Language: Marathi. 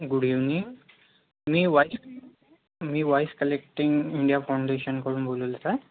गुड इविनिंग मी वाईस मी वाईस कलेक्टींग इंडिया फाउंडेशनकडून बोलत आहे